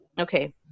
Okay